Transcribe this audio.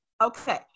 okay